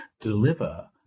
deliver